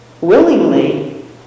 willingly